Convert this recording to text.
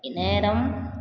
நேரம்